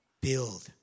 build